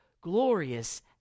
glorious